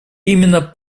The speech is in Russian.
именно